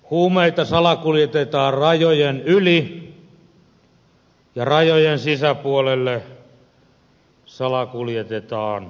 huumeita salakuljetetaan rajojen yli ja rajojen sisäpuolelle salakuljetetaan aseita